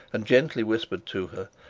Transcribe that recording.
and gently whispered to her,